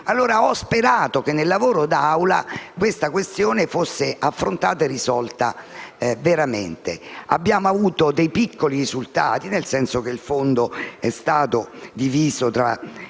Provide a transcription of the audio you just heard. Ho sperato che, nel lavoro d'Aula, la questione fosse affrontata e risolta veramente. Abbiamo ottenuto piccoli risultati, nel senso che il fondo è stata diviso in